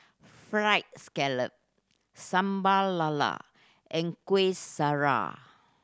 Fried Scallop Sambal Lala and Kuih Syara